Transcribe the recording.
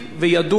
והוא יודע,